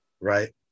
Right